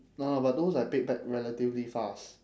no no but those I paid back relatively fast